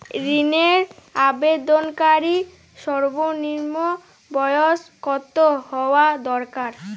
ঋণের আবেদনকারী সর্বনিন্ম বয়স কতো হওয়া দরকার?